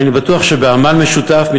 אבל אני בטוח שבעמל משותף,